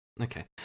okay